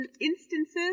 instances